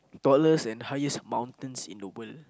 tallest and highest mountains in the world